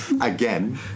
Again